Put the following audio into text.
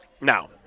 Now